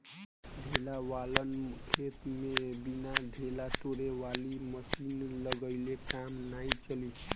ढेला वालन खेत में बिना ढेला तोड़े वाली मशीन लगइले काम नाइ चली